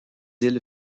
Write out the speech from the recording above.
îles